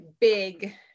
big